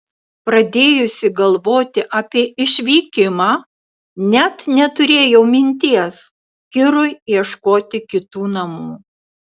pradėjusi galvoti apie išvykimą net neturėjau minties kirui ieškoti kitų namų